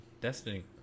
Destiny